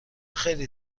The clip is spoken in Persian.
خیلی